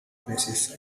places